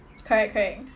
correct correct